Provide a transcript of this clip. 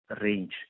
range